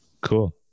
Cool